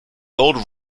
old